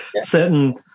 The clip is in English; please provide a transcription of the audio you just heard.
certain